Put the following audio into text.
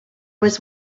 was